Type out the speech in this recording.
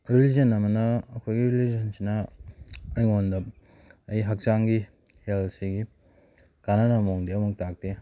religion ꯑꯃꯅ ꯑꯩꯈꯣꯏꯒꯤ ꯔꯤꯂꯤꯖꯟꯁꯤꯅ ꯑꯩꯉꯣꯟꯗ ꯑꯩ ꯍꯛꯆꯥꯡꯒꯤ ꯍꯦꯜꯊꯁꯤꯒꯤ ꯀꯥꯅꯅꯕ ꯃꯑꯣꯡꯗꯤ ꯑꯃ ꯐꯥꯎ ꯇꯥꯛꯇꯦ